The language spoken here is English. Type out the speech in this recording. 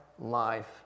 life